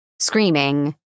screaming